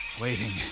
waiting